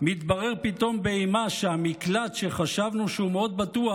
מתברר פתאום באימה שהמקלט שחשבנו שהוא מאוד בטוח,